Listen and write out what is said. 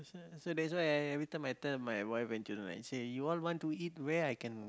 so that's why I I I everytime tell my wife and children right say you all want to eat where I can